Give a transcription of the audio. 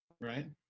right